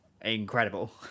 incredible